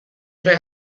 tre